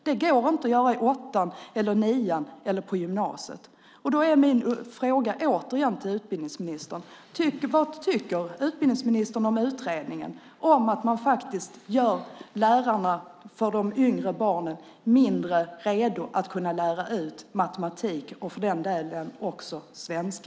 Det går inte att göra i åttan, nian eller på gymnasiet. Min fråga till utbildningsministern är återigen: Vad tycker utbildningsministern om utredningen, om att man faktiskt gör lärarna för de yngre barnen mindre redo att kunna lära ut matematik och för den delen också svenska?